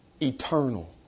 Eternal